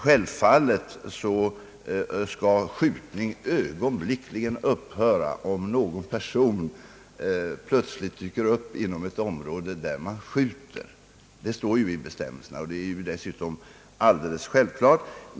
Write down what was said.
Självfallet måste skjutning ögonblickligen upphöra om någon person plötsligt dyker upp inom området i fråga. Det står ju i bestämmelserna och är för övrigt helt självklart.